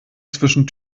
zwischen